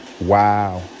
Wow